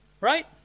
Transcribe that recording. right